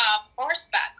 horseback